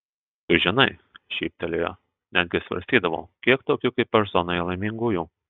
tu žinai šyptelėjo netgi svarstydavau kiek tokių kaip aš zonoje laimingųjų